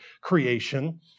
creation